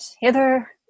hither